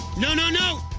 no, no, no!